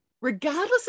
regardless